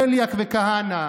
בליאק וכהנא,